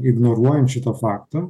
ignoruojant šitą faktą